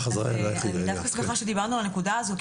אני דווקא שמחה שדיברנו על הנקודה הזאת,